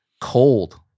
cold